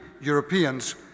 Europeans